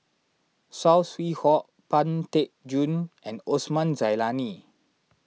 Saw Swee Hock Pang Teck Joon and Osman Zailani